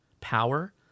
power